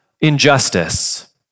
injustice